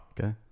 okay